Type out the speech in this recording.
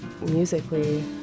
musically